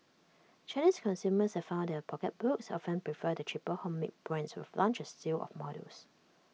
Chinese consumers have found their pocketbooks often prefer the cheaper homemade brands which have launched A slew of models